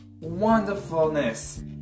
wonderfulness